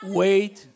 wait